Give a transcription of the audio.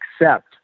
accept